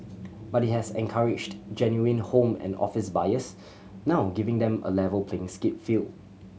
but it has encouraged genuine home and office buyers now giving them a level playing skate field